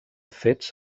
fets